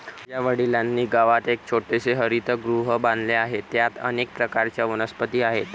माझ्या वडिलांनी गावात एक छोटेसे हरितगृह बांधले आहे, त्यात अनेक प्रकारच्या वनस्पती आहेत